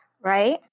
right